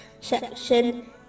section